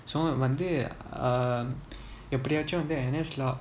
வந்து எப்படியாச்சும் வந்து:vanthu eppadiyaachum vanthu N_S lah